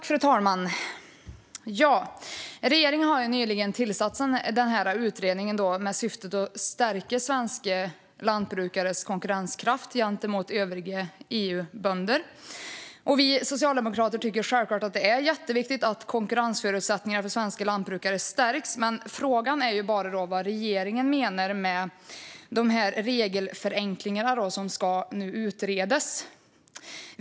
Fru talman! Regeringen har nyligen tillsatt utredningen med syftet att stärka svenska lantbrukares konkurrenskraft gentemot övriga EU-bönder. Vi socialdemokrater tycker självklart att det är jätteviktigt att konkurrensförutsättningarna för de svenska lantbrukarna stärks. Frågan är vad regeringen menar med att regelförenklingar ska utredas.